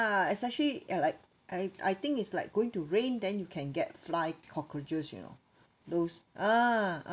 especially uh like I I think is like going to rain then you can get fly cockroaches you know those ah